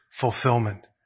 fulfillment